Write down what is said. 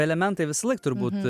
elementai visąlaik turbūt